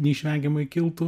neišvengiamai kiltų